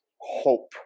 hope